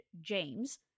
James